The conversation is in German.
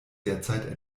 derzeit